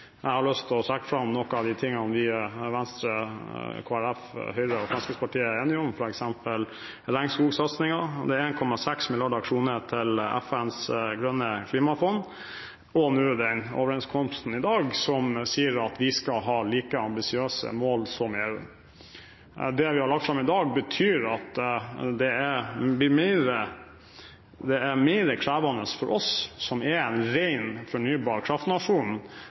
Jeg har lyst til å trekke fram noen av de tingene Venstre, Kristelig Folkeparti, Høyre og Fremskrittspartiet er enige om, f.eks. regnskogsatsingen, 1,6 mrd. kr til FNs grønne klimafond og nå overenskomsten i dag, som sier at vi skal ha like ambisiøse mål som EU. Det vi har lagt fram i dag, innebærer at det er mer krevende for oss, som er en ren fornybar kraftnasjon, å nå disse målene enn det er for EU. I det som nå er